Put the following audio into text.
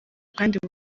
kandi